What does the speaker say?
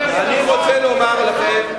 אני רוצה לומר לכם.